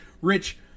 Rich